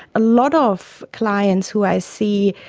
a lot of clients who i see,